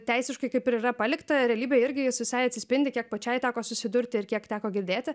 teisiškai kaip ir yra palikta realybėj irgi jos visai atsispindi kiek pačiai teko susidurti ir kiek teko girdėti